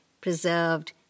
preserved